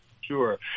Sure